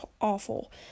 awful